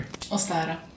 Ostara